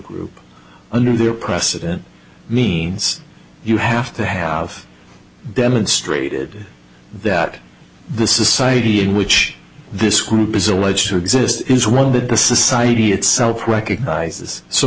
group under their precedent means you have to have demonstrated that the society in which this whoop is alleged to exist is one that the society itself recognizes so